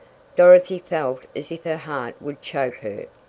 dorothy felt as if her heart would choke her!